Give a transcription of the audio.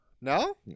No